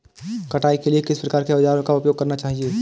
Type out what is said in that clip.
कटाई के लिए किस प्रकार के औज़ारों का उपयोग करना चाहिए?